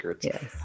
Yes